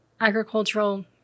agricultural